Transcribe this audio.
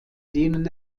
denen